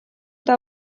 eta